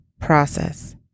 Process